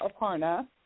Aparna